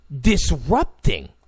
disrupting